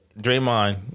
Draymond